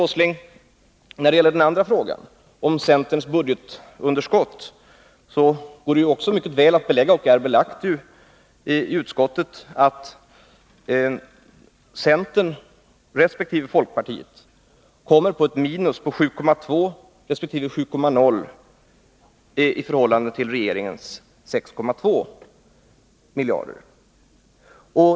Men när det gäller den andra frågan, Nils Åsling, om centerns budgetunderskott, går det mycket väl att belägga — och är belagt i utskottet — att centern resp. folkpartiet kommer till ett minus på 7,2 resp. 7,0 i förhållande till regeringens 6,2 miljarder.